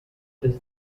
does